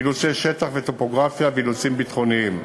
מאילוצי שטח וטופוגרפיה ואילוצים ביטחוניים.